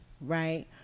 right